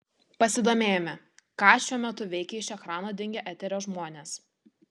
pasidomėjome ką šiuo metu veikia iš ekrano dingę eterio žmonės